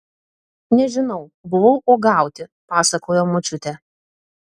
nežinau buvau uogauti pasakojo močiutė